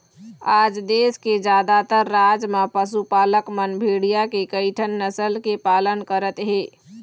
आज देश के जादातर राज म पशुपालक मन भेड़िया के कइठन नसल के पालन करत हे